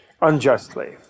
unjustly